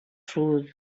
sud